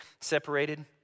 separated